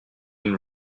been